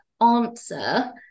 answer